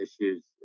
issues